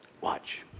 Watch